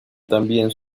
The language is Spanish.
también